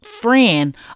friend